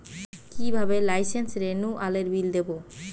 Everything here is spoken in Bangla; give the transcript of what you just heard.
কিভাবে লাইসেন্স রেনুয়ালের বিল দেবো?